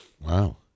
Wow